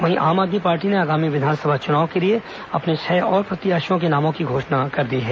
वहीं आम आदमी पार्टी ने आगामी विधानसभा चुनाव के लिए अपने छह और प्रत्याशियों के नामों की घोषणा कर दी है